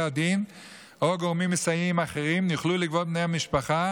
דין או גורמים מסייעים אחרים יוכלו לגבות מבני המשפחה